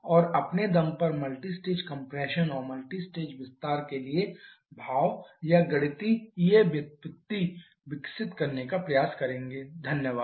और अपने दम पर मल्टीस्टेज कम्प्रेशन और मल्टीस्टेज विस्तार के लिए भाव या गणितीय व्युत्पत्ति mathematical